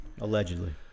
allegedly